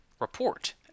report